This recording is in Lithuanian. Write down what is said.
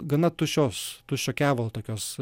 gana tuščios tuščio kevalo tokios